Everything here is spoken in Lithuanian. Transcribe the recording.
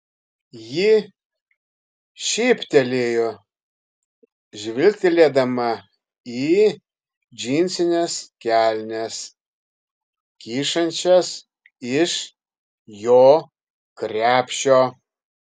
ji šyptelėjo žvilgtelėdama į džinsines kelnes kyšančias iš jo krepšio